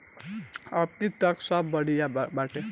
अबहीं तक त सब बढ़िया बाटे